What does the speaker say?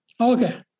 Okay